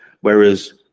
Whereas